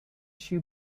shoe